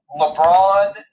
LeBron